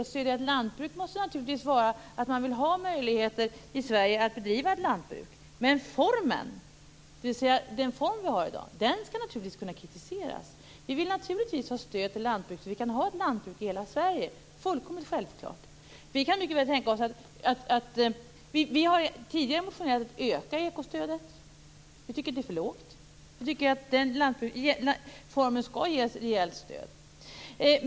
Att vi stöder lantbruket måste naturligtvis innebära att vi vill att det skall finnas möjligheter i Sverige att bedriva ett lantbruk, men formen för lantbruket skall naturligtvis kunna kritiseras. Vi vill självfallet ha ett stöd till lantbruket, så att det kan finnas lantbruk i hela Sverige. Det är fullkomligt självklart. Vi har tidigare motionerat om att öka ekostödet. Vi tycker att det är för lågt och att den formen av lantbruk skall ges ett rejält stöd.